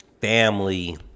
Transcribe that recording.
family